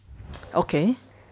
okay